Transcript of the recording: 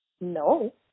No